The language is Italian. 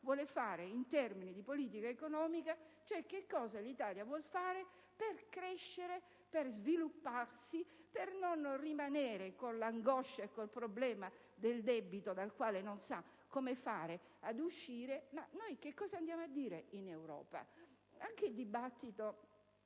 vuole fare in termini di politica economica, cosa l'Italia vuole fare per crescere, svilupparsi e non rimanere con l'angoscia ed il problema del debito, dal quale non sa come uscire. Ma noi cosa andiamo a dire in Europa? Anche nel dibattito